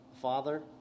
Father